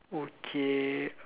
okay